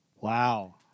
Wow